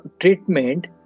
treatment